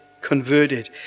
converted